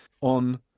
on